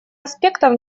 аспектов